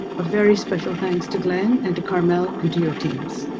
a very special thanks to glenn and to carmel and to your teams.